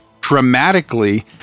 dramatically